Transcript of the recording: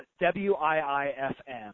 W-I-I-F-M